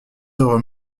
œuvres